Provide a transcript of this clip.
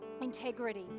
integrity